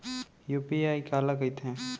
UPI काला कहिथे?